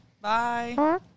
Bye